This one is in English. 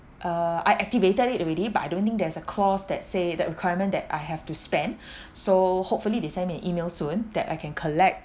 uh I activated it already but I don't think there's a clause that say that requirement that I have to spend so hopefully they send me an email soon that I can collect